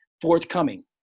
forthcoming